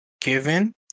given